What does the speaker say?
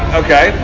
okay